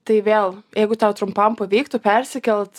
tai vėl jeigu tau trumpam pavyktų persikelt